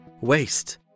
waste